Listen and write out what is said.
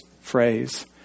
phrase